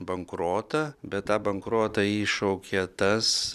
bankrotą bet tą bankrotą iššaukė tas